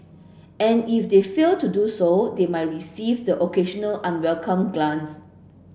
and if they fail to do so they might receive the occasional unwelcome glance